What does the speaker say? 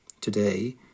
Today